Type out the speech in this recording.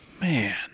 Man